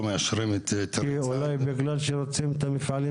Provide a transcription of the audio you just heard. לא מאשרים --- אולי בגלל שרוצים את המפעלים